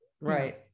right